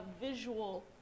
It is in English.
visual